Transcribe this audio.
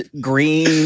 green